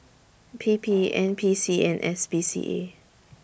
P P N P C and S P C A